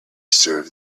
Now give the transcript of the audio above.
serve